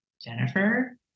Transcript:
Jennifer